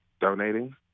donating